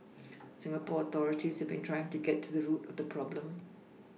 Singapore authorities have been trying to get to the root of the problem